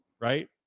right